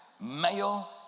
male